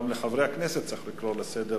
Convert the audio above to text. גם לחברי הכנסת צריך לקרוא לסדר,